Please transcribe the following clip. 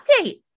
update